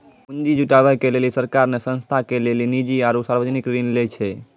पुन्जी जुटावे के लेली सरकार ने संस्था के लेली निजी आरू सर्वजनिक ऋण लै छै